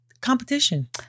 competition